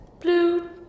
Blue